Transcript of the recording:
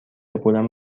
پولم